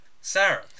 Sarah